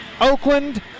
Oakland